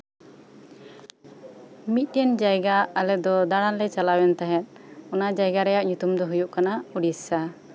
ᱢᱤᱫᱴᱮᱱ ᱡᱟᱭᱜᱟ ᱟᱞᱮ ᱫᱚ ᱫᱟᱬᱟᱱ ᱞᱮ ᱪᱟᱞᱟᱣ ᱞᱮᱱ ᱛᱟᱸᱦᱮᱜ ᱚᱱᱟ ᱡᱟᱭᱜᱟ ᱚᱱᱟ ᱡᱟᱭᱜᱟ ᱨᱮᱭᱟᱜ ᱧᱩᱛᱩᱢ ᱫᱚ ᱦᱩᱭᱩᱜ ᱠᱟᱱᱟ ᱩᱲᱤᱥᱥᱟ